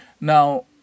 Now